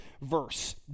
verse